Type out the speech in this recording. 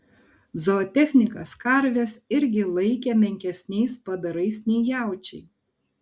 zootechnikas karves irgi laikė menkesniais padarais nei jaučiai